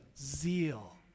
zeal